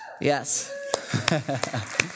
Yes